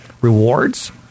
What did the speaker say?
rewards